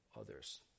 others